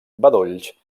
bedolls